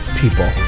people